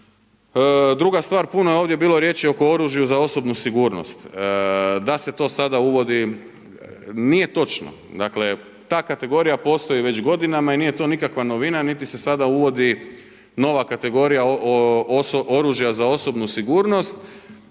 Druga stvar, puno je ovdje bilo riječi oko oružja za osobnu sigurnost. Da se to sada uvodi, nije točno. Dakle, ta kategorija postoji već godinama i nije to nikakva novina niti se sada uvodi nova kategorija oružja sa osobnu sigurnost.